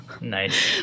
Nice